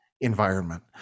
environment